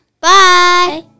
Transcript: Bye